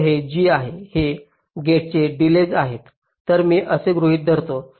तर हे g आहे हे गेटचे डिलेज आहेत तर मी असे गृहीत धरू